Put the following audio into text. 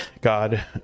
God